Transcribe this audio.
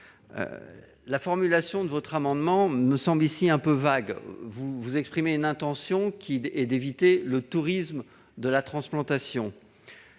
La formulation de votre amendement me semble un peu vague. Vous exprimez une intention, celle d'éviter le « tourisme de transplantation